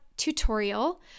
tutorial